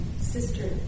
Sister